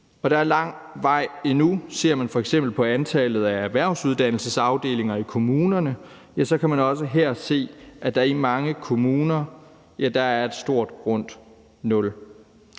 Der er lang vej endnu. Ser man f.eks. på antallet af erhvervsuddannelsesafdelinger i kommunerne, kan man også her se, at der i mange kommuner er et stort rundt nul.